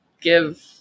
give